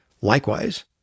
Likewise